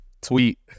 tweet